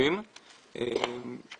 אני